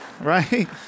right